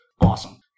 awesome